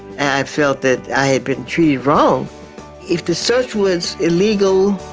i felt that i had been treated wrong if the search was illegal,